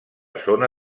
zona